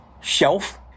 shelf